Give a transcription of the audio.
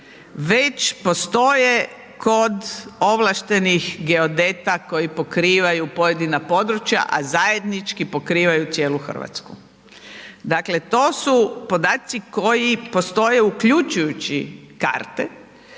već postoje kod ovlaštenih geodeta koji pokrivaju pojedina područja, a zajednički pokrivaju cijelu Hrvatsku. Dakle, to su podaci koje postoje uključujući karte,